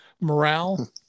morale